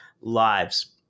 lives